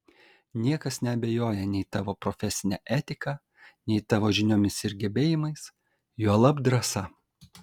niekas neabejoja nei tavo profesine etika nei tavo žiniomis ir gebėjimais juolab drąsa